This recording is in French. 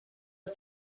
que